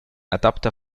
adapter